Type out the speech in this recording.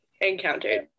encountered